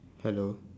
hello